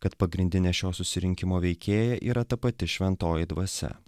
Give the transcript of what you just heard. kad pagrindinė šio susirinkimo veikėja yra ta pati šventoji dvasia